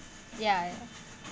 ya ya